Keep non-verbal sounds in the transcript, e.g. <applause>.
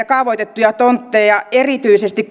<unintelligible> kaavoitettuja tontteja erityisesti <unintelligible>